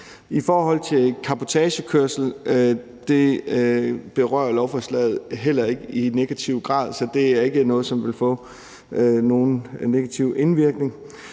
I forhold til cabotagekørsel berører lovforslaget heller ikke det i negativ grad, så det er ikke noget, som vil få nogen negativ indvirkning.